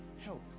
help